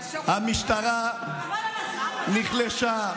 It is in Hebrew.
המשטרה נחלשה.